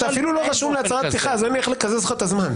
אתה אפילו לא רשום להצהרת פתיחה אז אין לי איך לקזז לך את הזמן.